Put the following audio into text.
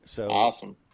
Awesome